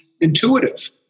intuitive